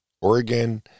Oregon